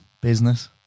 business